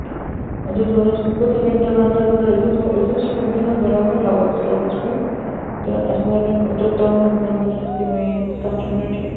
اَدٕ حظ اَدٕ حظ کٔژَن مِنٹَن اَنٛدر اَنٛدر أسۍ حظ أسۍ حظ چھِ وُنکٮ۪نَس برابر حول سِٹاپَس پٮ۪ٹھ تہٕ اَسہِ لَگن اوٚتَتھ تامَتھ لَگن اَسہِ وۄنۍ سَتھ مِنٹ ہِوۍ